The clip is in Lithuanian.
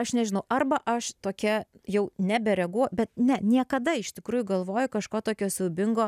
aš nežinau arba aš tokia jau nebereaguoj bet ne niekada iš tikrųjų galvoju kažko tokio siaubingo